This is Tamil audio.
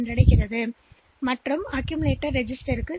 எனவே அது அக்கிமிலிட்டரில் நகல் எடுக்கப்படும்